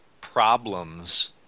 problems